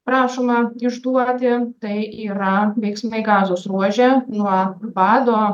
prašoma išduoti tai yra veiksmai gazos ruože nuo bado